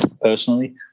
personally